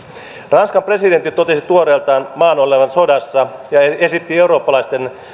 ranskan presidentti totesi tuoreeltaan maan olevan sodassa ja esitti eurooppalaisen